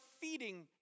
feeding